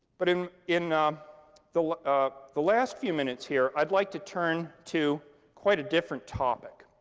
but in in the um the last few minutes here, i'd like to turn to quite a different topic.